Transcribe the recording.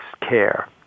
care